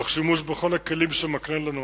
תוך שימוש בכל הכלים שמקנה לנו החוק.